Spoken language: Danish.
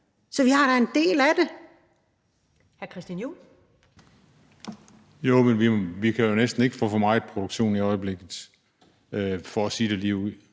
Så vi har da del i det.